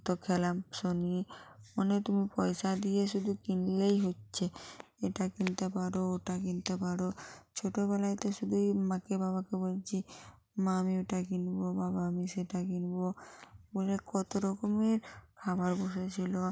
কতো খেলাম শনি অনেক দু পয়সা শুদু কিনলেই হচ্ছে এটা কিনতে পারো ওটা কিনতে পারো ছোটোবেলায় তো শুধুই মাকে বাবাকে বলছি মা আমি ওটা কিনবো বাবা আমি সেটা কিনবো বলে কতো রকমের খাবার বসেছিলো